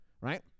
right